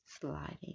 Sliding